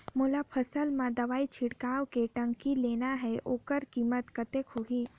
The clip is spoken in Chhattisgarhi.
मोला फसल मां दवाई छिड़काव के टंकी लेना हे ओकर कीमत कतेक होही?